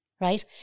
Right